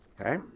Okay